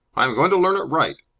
i am going to learn it right.